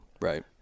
Right